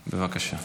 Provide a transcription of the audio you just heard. בבקשה.